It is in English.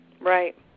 Right